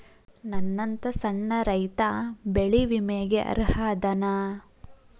ನನ್ನಂತ ಸಣ್ಣ ರೈತಾ ಬೆಳಿ ವಿಮೆಗೆ ಅರ್ಹ ಅದನಾ?